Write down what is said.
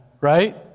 right